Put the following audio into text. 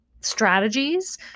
strategies